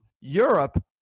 Europe